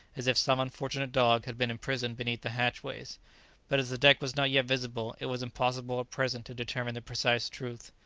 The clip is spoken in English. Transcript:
as if some unfortunate dog had been imprisoned beneath the hatchways but as the deck was not yet visible, it was impossible at present to determine the precise truth.